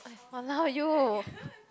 !walao! you